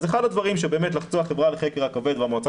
אז אחד הדברים שבאמת לחצו בחברה לחקר הכבד והמועצה